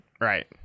Right